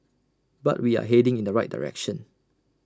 but we are heading in the right direction